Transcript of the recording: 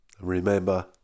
Remember